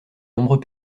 nombreux